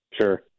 Sure